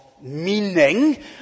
Meaning